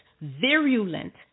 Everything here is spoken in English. virulent